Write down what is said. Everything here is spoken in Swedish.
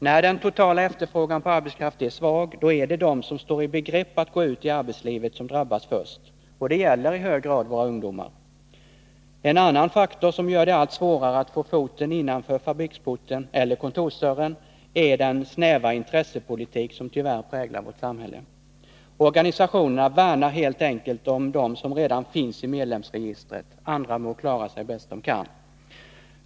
När den totala efterfrågan på arbetskraft är svag, är det de som står i begrepp att gå ut i arbetslivet som drabbas först. Och det gäller i hög grad våra ungdomar. En annan faktor som gör det allt svårare att få foten innanför fabriksporten eller kontorsdörren är den snäva intressepolitik som tyvärr präglar vårt samhälle. Organisationerna värnar helt enkelt om dem som redan finns i medlemsregistret — andra må klara sig bäst de kan.